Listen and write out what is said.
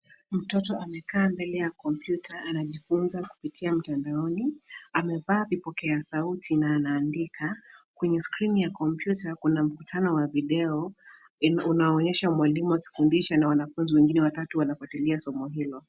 Mtoto amekaa mbele ya kompyuta anajifunza kupitia mtandaoni, amevaa vipokea sauti na anaandika, kwenye skrini ya kompyuta kuna mkutano wa video, unaoonyesha mwalimu akifundisha na wanafunzi wengine watatu wanafwatilia somo hilo.